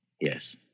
Yes